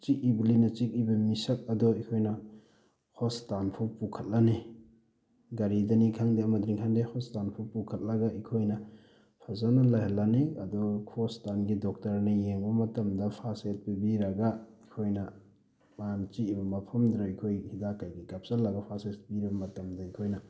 ꯆꯤꯛꯏꯕ ꯂꯤꯟꯅ ꯆꯤꯛꯏꯕ ꯃꯤꯁꯛ ꯑꯗꯣ ꯑꯩꯈꯣꯏꯅ ꯍꯣꯁꯄꯤꯇꯥꯜꯐꯥꯎ ꯄꯨꯈꯠꯂꯅꯤ ꯒꯥꯔꯤꯗꯅꯤ ꯈꯪꯗꯦ ꯑꯃꯗꯅꯤ ꯈꯪꯗꯦ ꯍꯣꯁꯄꯤꯇꯥꯜꯐꯥꯎ ꯄꯨꯈꯠꯂꯒ ꯑꯩꯈꯣꯏꯅ ꯐꯖꯅ ꯂꯩꯍꯜꯂꯅꯤ ꯑꯗꯨꯒ ꯍꯣꯁꯄꯤꯇꯥꯜꯒꯤ ꯗꯣꯛꯇꯔꯅ ꯌꯦꯡꯕ ꯃꯇꯝꯗ ꯐꯔꯁ ꯑꯦꯠ ꯄꯤꯕꯤꯔꯒ ꯑꯩꯈꯣꯏꯅ ꯃꯥꯅ ꯆꯤꯛꯏꯕ ꯃꯐꯝꯗꯨꯗ ꯑꯩꯈꯣꯏꯒꯤ ꯍꯤꯗꯥꯛ ꯀꯩꯀꯩ ꯀꯥꯞꯁꯤꯜꯂꯒ ꯐꯔꯁ ꯑꯦꯠ ꯄꯤꯔꯕ ꯃꯇꯝꯗ ꯑꯩꯈꯣꯏꯅ